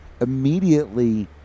immediately